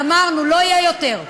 גמרנו, לא יהיה יותר.